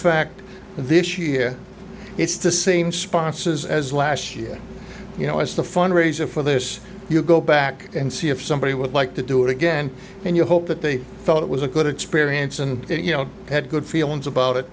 fact this year it's the same sponsors as last year you know as the fundraiser for this you go back and see if somebody would like to do it again and you hope that they thought it was a good experience and you know had good feelings about it